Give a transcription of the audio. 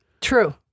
True